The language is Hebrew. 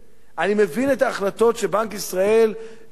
אני מבין את ההחלטות שבנק ישראל כופה